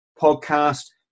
podcast